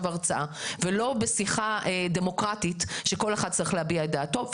הרצאה ולא בשיחה דמוקרטית שכל אחד צריך להביע את דעתו.